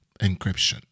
encryption